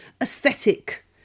aesthetic